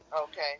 Okay